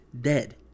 dead